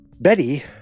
Betty